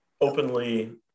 openly